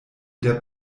der